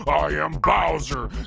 i am bowser,